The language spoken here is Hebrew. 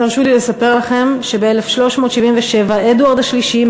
תרשו לי לספר לכם שב-1377 הטיל אדוארד השלישי,